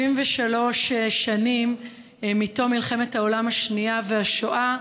73 שנים מתום מלחמת העולם השנייה והשואה,